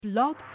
Blog